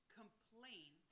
complain